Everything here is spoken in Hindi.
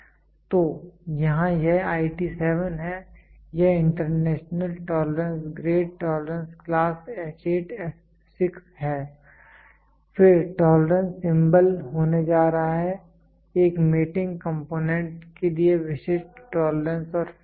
तो यहाँ यह IT 7 है यह international tolerance grade tolerance class H8 f 6 है फिर टोलरेंस सिंबल होने जा रहा है एक मेटिंग कंपोनेंट के लिए विशिष्ट टोलरेंस और फिटस् हैं